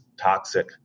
toxic